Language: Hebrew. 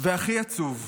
והכי עצוב,